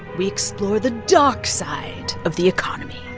we explore the dark side of the economy.